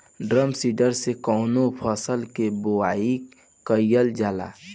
Drum seeder से कवने फसल कि बुआई कयील जाला?